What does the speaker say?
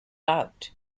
out